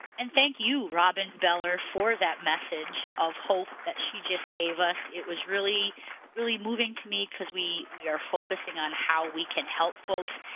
and thank you robin beller for that message of hope that she just gave us it was really really moving to me because we we are focusing on how we can help folks.